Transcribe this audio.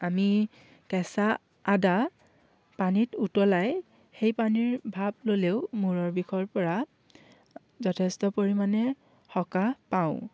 আমি কেঁচা আদা পানীত উতলাই সেই পানীৰ ভাৱ ল'লেও মূৰৰ বিষৰ পৰা যথেষ্ট পৰিমাণে সকাহ পাওঁ